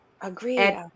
Agreed